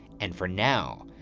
and for now,